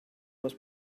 was